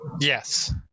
Yes